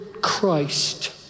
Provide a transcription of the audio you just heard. Christ